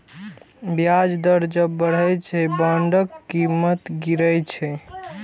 ब्याज दर जब बढ़ै छै, बांडक कीमत गिरै छै